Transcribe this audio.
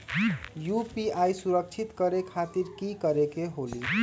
UPI सुरक्षित करे खातिर कि करे के होलि?